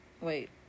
Wait